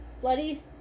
bloody